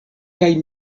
kaj